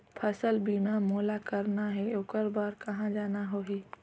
फसल बीमा मोला करना हे ओकर बार कहा जाना होही?